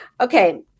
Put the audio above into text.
Okay